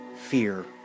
fear